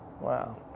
Wow